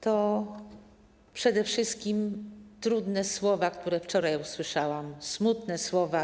To przede wszystkim trudne słowa, które wczoraj usłyszałam, smutne słowa.